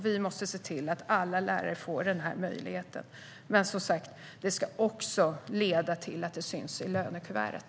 Vi måste se till att alla lärare får den här möjligheten, men det ska som sagt också leda till att det syns i lönekuvertet.